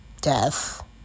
death